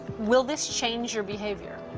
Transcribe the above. will this change your behavior?